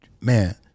man